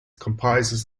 comprises